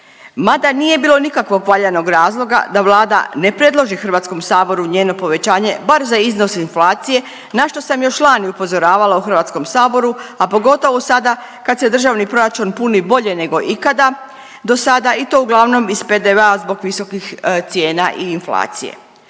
mada nije bilo nikakvog valjanog razloga da Vlada ne predloži HS njeno povećanje bar za iznos inflacije, na što sam još lani upozoravala u HS, a pogotovo sada kad se Državni proračun puni bolje nego ikada dosada i to uglavnom iz PDV-a zbog visokih cijena i inflacije.